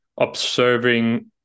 observing